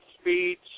speech